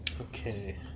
Okay